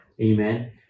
Amen